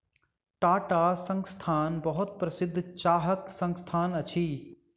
टाटा संस्थान बहुत प्रसिद्ध चाहक संस्थान अछि